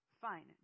Fine